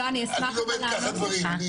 אני לומד ככה דברים.